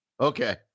Okay